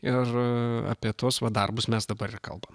ir apie tuos va darbus mes dabar ir kalbam